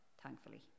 thankfully